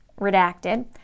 Redacted